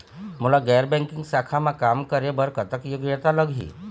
मोला गैर बैंकिंग शाखा मा काम करे बर कतक योग्यता लगही?